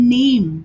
name